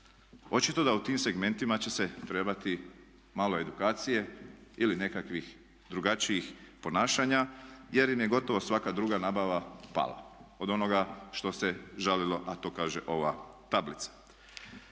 Očito da u tim segmentima će se trebati malo edukacije ili nekakvih drugačijih ponašanja jer im je gotovo svaka druga nabava pala od onoga što se žalilo a to kaže ova tablica.